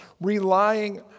Relying